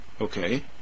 okay